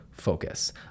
Focus